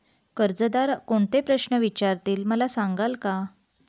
कर्जदार कोणते प्रश्न विचारतील, मला सांगाल का?